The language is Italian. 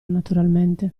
naturalmente